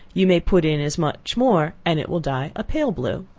you may put in as much more, and it will dye a pale blue.